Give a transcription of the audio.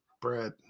bread